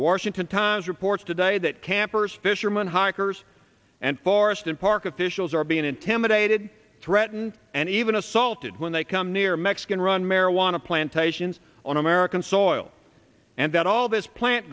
the washington times reports today that campers fishermen hikers and forest and park officials are being intimidated threatened and even assaulted when they come near mexican run marijuana plantations on american soil and that all this plant